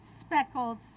speckled